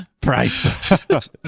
Priceless